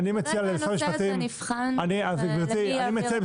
כרגע הנושא הזה נבחן --- גברתי,